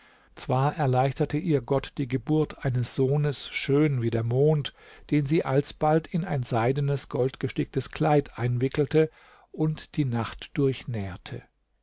zwar erleichterte ihr gott die geburt eines sohnes schön wie der mond den sie alsbald in ein seidenes goldgesticktes kleid einwickelte und die nacht